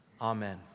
Amen